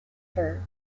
her